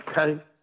okay